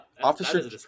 Officer